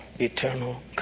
eternal